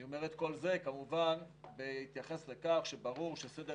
אני אומר את כל זה כמובן בהתייחס לכך שברור שסדר